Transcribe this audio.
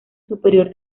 superior